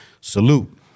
Salute